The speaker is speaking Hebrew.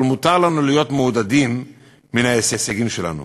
אבל מותר לנו להיות מעודדים מן ההישגים שלנו.